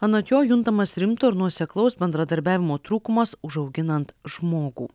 anot jo juntamas rimto ir nuoseklaus bendradarbiavimo trūkumas užauginant žmogų